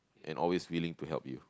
and always willing to help you